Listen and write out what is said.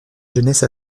jeunesse